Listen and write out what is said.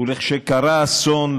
וכשקרה אסון,